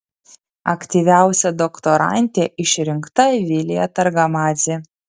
aktyviausia doktorante išrinkta vilija targamadzė